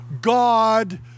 God